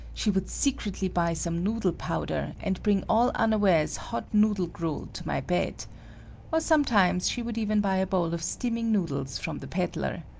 she would secretly buy some noodle powder, and bring all unawares hot noodle gruel to my bed or sometimes she would even buy a bowl of steaming noodles from the peddler.